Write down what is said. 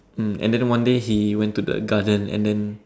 mm and then one day he went to the garden and then